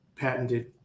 patented